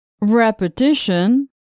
Repetition